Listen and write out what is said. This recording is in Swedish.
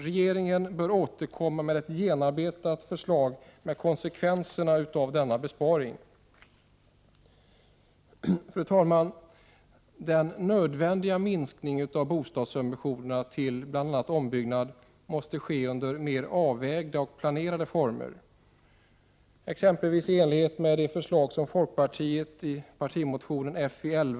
Regeringen bör återkomma med ett genomarbetat förslag med konsekvenser av dessa besparingar. Den nödvändiga minskningen av bostadssubventionerna till bl.a. ombyggnad måste ske under mer avvägda och planerade former. Det kan exempelvis ske i enlighet med förslaget i folkpartiets partimotion Fill.